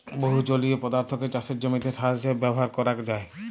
বহু জলীয় পদার্থকে চাসের জমিতে সার হিসেবে ব্যবহার করাক যায়